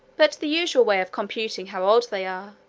but the usual way of computing how old they are,